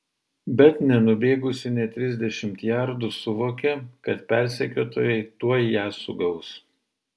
bet nenubėgusi nė trisdešimt jardų suvokė kad persekiotojai tuoj ją sugaus